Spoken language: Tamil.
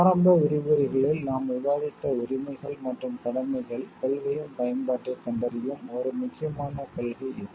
ஆரம்ப விரிவுரைகளில் நாம் விவாதித்த உரிமைகள் மற்றும் கடமைகள் கொள்கையின் பயன்பாட்டைக் கண்டறியும் ஒரு முக்கியமான கொள்கை இது